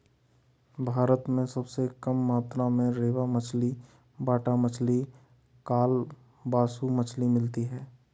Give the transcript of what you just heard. भारत में सबसे कम मात्रा में रेबा मछली, बाटा मछली, कालबासु मछली मिलती है